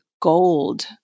gold